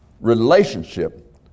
relationship